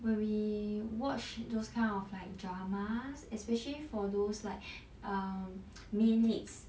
when we watch those kind of like dramas especially for those like um main leads